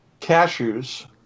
cashews